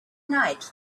night